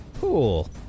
Cool